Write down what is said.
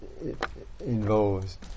involves